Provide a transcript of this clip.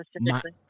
specifically